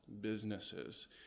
businesses